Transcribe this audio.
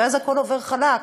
ואז הכול עובר חלק.